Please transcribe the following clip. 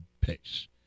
pace